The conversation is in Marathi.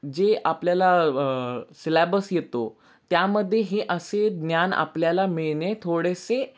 जे आपल्याला सिलॅबस येतो त्यामध्ये हे असे ज्ञान आपल्याला मिळणे थोडेसे